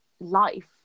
life